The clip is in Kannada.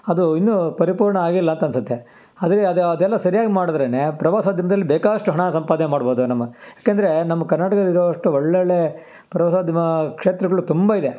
ಅದು ಇನ್ನೂ ಪರಿಪೂರ್ಣ ಆಗಿಲ್ಲ ಅಂತ ಅನಿಸತ್ತೆ ಅದುವೇ ಅದು ಅದೆಲ್ಲ ಸರ್ಯಾಗಿ ಮಾಡದ್ರೇ ಪ್ರವಾಸೋದ್ಯಮ್ದಲ್ಲಿ ಬೇಕಾದಷ್ಟು ಹಣ ಸಂಪಾದನೆ ಮಾಡ್ಬೋದು ನಮ್ಮ ಏಕೆಂದರೆ ನಮ್ಮ ಕರ್ನಾಟಕದಲ್ಲಿರೋ ಅಷ್ಟು ಒಳ್ಳೊಳ್ಳೆ ಪ್ರವಾಸೋದ್ಯಮ ಕ್ಷೇತ್ರಗಳು ತುಂಬ ಇದೆ